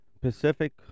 Pacific